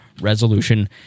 resolution